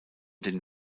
den